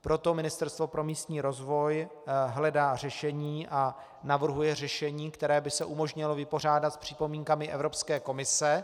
Proto Ministerstvo pro místní rozvoj hledá řešení a navrhuje řešení, které by umožnilo vypořádat se s připomínkami Evropské komise.